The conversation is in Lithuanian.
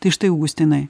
tai štai augustinai